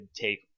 take